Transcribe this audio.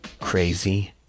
crazy